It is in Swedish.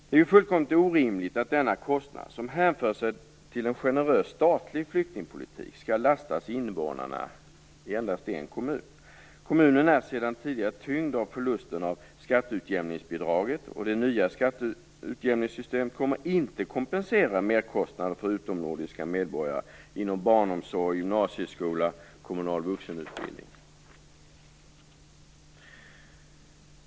Det är fullkomligt orimligt att denna kostnad som hänför sig till en generös statlig flyktingpolitik skall lastas invånarna i endast en kommun. Kommunen är sedan tidigare tyngd av förlusterna av skatteutjämningsbidraget, och det nya skatteutjämningssystemet kommer inte att kompensera merkostnaden för utomnordiska medborgare inom barnomsorg, gymnasieskola och kommunal vuxenutbildning.